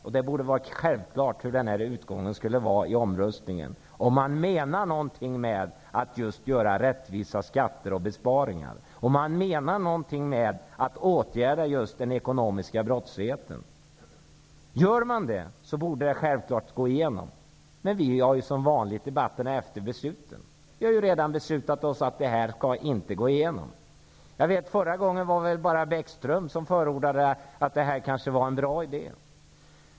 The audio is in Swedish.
Och det borde ha varit självklart hur utgången i omröstningen skulle bli, om man menar något med rättvisa skatter och besparingar, och om man menar något med att vidta åtgärder just mot den ekonomiska brottsligheten. Om man gör det, borde detta självfallet gå igenom. Men vi har som vanligt debatten när besluten redan är fattade. Vi har redan beslutat att detta inte skall gå igenom. Förra gången var det bara Lars Bäckström som förordade att detta kanske var en bra idé.